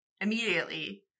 immediately